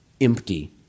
empty